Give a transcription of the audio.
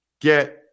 get